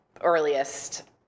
earliest